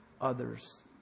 others